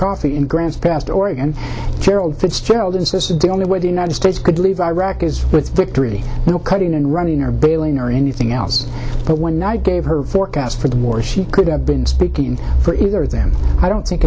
coffee in grants pass oregon gerald fitzgerald insisted the only way the united states could leave iraq is victory and cutting and running or bailing or anything else but when i gave her forecast for the war she could have been speaking for either of them i don't think